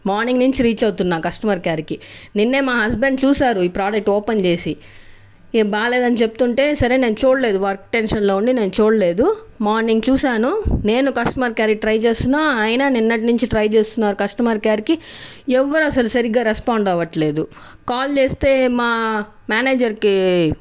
morning నుంచి reach అవుతున్నాను customer కేర్కి నిన్నే మా హస్బెండ్ చూసారు ఈ ప్రోడక్ట్ ఓపెన్ చేసి బాగలేదు అని చెప్తుంటే సరే నేను చూడలేదు వర్క్ టెన్షన్లో ఉండి నేను చూడలేదు మార్నింగ్ చూసాను నేను కస్టమర్ కేర్కి ట్రై చేస్తున్నాను ఆయనా నిన్నటి నుండి ట్రై చేస్తున్నారు కస్టమర్ కేర్కి ఎవ్వరూ అసలు సరిగ్గా రెస్పాండ్ అవ్వట్లేదు కాల్ చేస్తే మా మేనేజర్కి కనెక్ట్